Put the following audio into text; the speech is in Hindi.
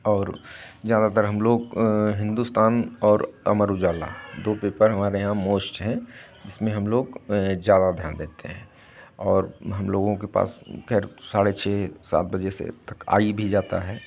और ज़्यादातर हम लोग हिंदुस्तान और अमर उजाला दो पेपर हमारे यहाँ मोस्ट हैं जिसमें हम लोग ज़्यादा ध्यान देते हैं और हम लोगों के पास खैर साढ़े छह सात बजे से तक आ भी जाता है